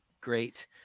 great